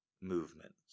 movements